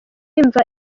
imva